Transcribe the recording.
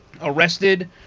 Arrested